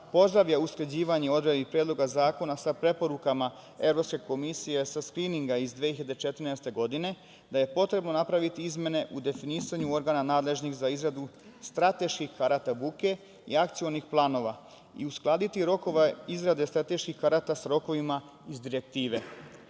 pozdravlja usklađivanje odredaba Predloga zakona sa preporukama Evropske komisije sa skrininga iz 2014. godine, da je potrebno napraviti izmene u definisanju organa nadležnih za izradu strateških karata buke i akcionih planova i uskladiti rokove izrade strateških karata sa rokovima iz Direktive. Predlogom